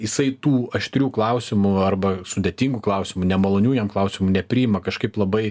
jisai tų aštrių klausimų arba sudėtingų klausimų nemalonių jam klausimų nepriima kažkaip labai